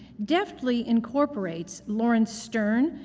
deftly incorporates laurence sterne,